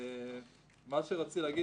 מה שרציתי להגיד